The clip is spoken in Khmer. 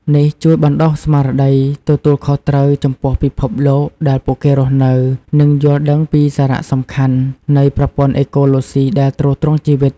នេះជួយបណ្ដុះស្មារតីទទួលខុសត្រូវចំពោះពិភពលោកដែលពួកគេរស់នៅ និងយល់ដឹងពីសារៈសំខាន់នៃប្រព័ន្ធអេកូឡូស៊ីដែលទ្រទ្រង់ជីវិត។